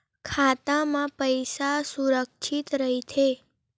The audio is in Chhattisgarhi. खाता मा पईसा सुरक्षित राइथे?